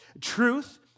truth